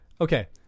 okay